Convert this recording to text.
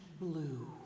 blue